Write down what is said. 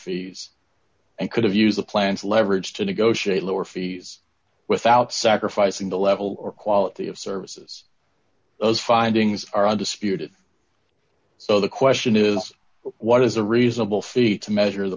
fees and could have use of plans leverage to negotiate lower fees without sacrificing the level or quality of services those findings are undisputed so the question is what is a reasonable fee to measure the